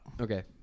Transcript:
Okay